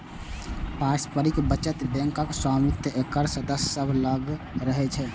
पारस्परिक बचत बैंकक स्वामित्व एकर सदस्य सभ लग रहै छै